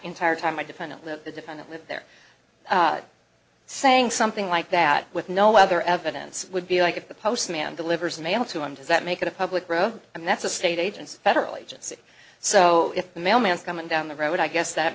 entire time i defended the defendant lived there saying something like that with no other evidence would be like if the post man delivers mail to him does that make it a public road and that's a state agency federal agency so if the mailman coming down the road i guess that